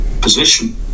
position